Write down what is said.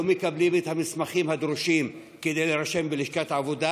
מקבלים את המסמכים הדרושים כדי להירשם בלשכת העבודה,